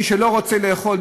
מי שלא רוצה לאכול,